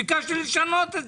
ביקשתי לנו את זה.